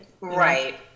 Right